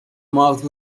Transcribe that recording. mouth